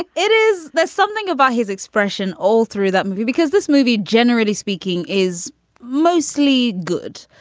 it it is there's something about his expression all through that movie, because this movie, generally speaking, is mostly good.